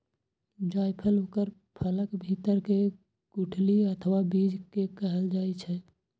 जायफल ओकर फलक भीतर के गुठली अथवा बीज कें कहल जाइ छै